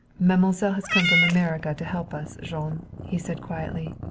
mademoiselle has come from america to help us, jean, he said quietly.